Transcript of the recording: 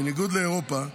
בניגוד לאירופה,